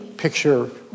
picture